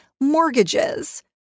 mortgages